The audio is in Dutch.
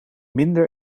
minder